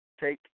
take